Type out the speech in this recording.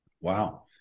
wow